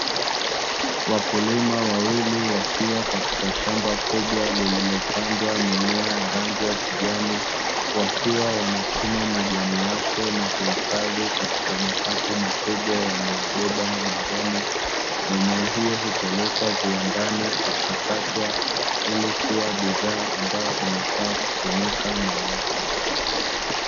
Wakulima wawili wakiwa katika shamba kubwa lililopandwa mimea rangi ya kijani, wakiwa wanachumaja majani yake na kuhifadhi katika makapu makubwa waliyoyabeba mgongoni. Mimea hiyo hupelekwa viwandani kuchakatwa ili kuwa bidhaa ambayo inafaa kutumika na watu.